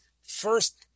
first